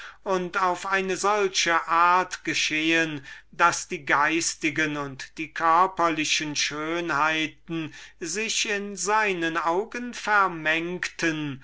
und auf eine solche art geschehen daß die geistigen und die materiellen schönheiten sich in seinen augen vermengten